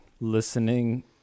listening